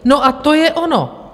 No a to je ono.